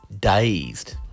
Dazed